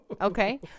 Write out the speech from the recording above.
okay